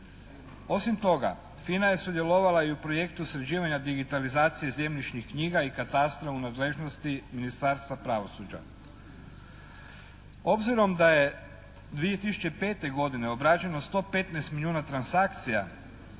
Osim toga FINA je sudjelovala i u projektu sređivanja digitalizacije zemljišnih knjiga i katastra u nadležnosti Ministarstva pravosuđa. Obzirom da je 2005. godine obrađeno 115 milijuna transakcija